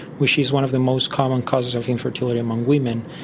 which is one of the most common causes of infertility among women.